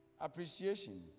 Appreciation